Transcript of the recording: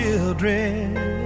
children